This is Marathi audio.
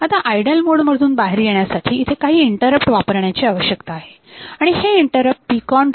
आता आयडल मोड मधून बाहेर येण्यासाठी इथे काही इंटरप्ट वापरण्याची आवश्यकता आहे आणि हे इंटरप्ट PCON